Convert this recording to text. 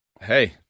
hey